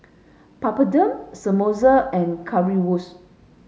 Papadum Samosa and Currywurst